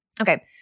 Okay